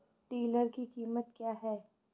Tiller की कीमत क्या है?